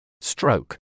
Stroke